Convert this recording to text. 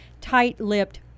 tight-lipped